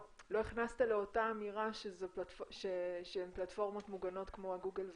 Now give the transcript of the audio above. לא הכנסת לאותה אמירה שהן פלטפורמות מוגנות כמו גוגל ומיקרוסופט.